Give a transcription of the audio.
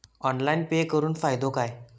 Online pay करुन फायदो काय?